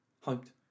hoped